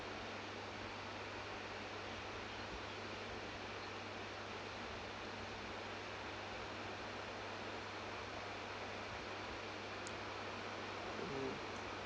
mm